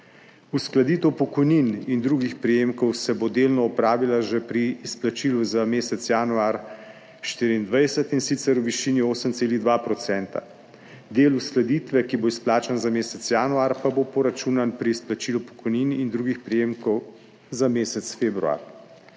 Uskladitev pokojnin in drugih prejemkov se bo delno opravila že pri izplačilu za mesec januar 2024, in sicer v višini 8,2 %. Del uskladitve, ki bo izplačan za mesec januar, pa bo poračunan pri izplačilu pokojnin in drugih prejemkov za mesec februar.